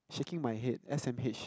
shaking my head S_M_H